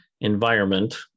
environment